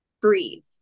Breathe